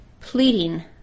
pleading